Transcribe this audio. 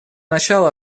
начала